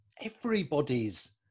Everybody's